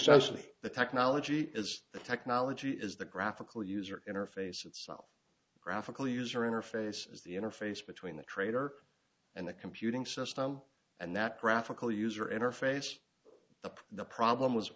socially the technology is the technology is the graphical user interface itself graphical user interface is the interface between the traitor and the computing system and that graphical user interface the problem was